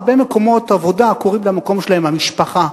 הרבה מקומות עבודה קוראים למקום שלהם "המשפחה",